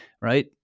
right